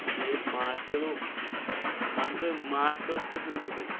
مےٚ چھِ ماچھ کِلوٗ مان ژٕ ماچھ کٔژ قٕسٕم چھُ تۄہِہ